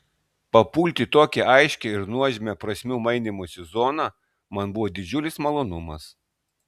papulti į tokią aiškią ir nuožmią prasmių mainymosi zoną man buvo didžiulis malonumas